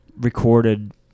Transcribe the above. recorded